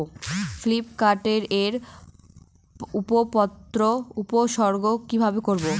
Leaf curl এর উপসর্গ কিভাবে করব?